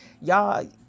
Y'all